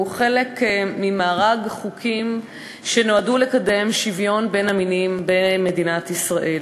הוא חלק ממארג החוקים שנועדו לקדם שוויון בין המינים במדינת ישראל.